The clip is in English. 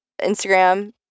Instagram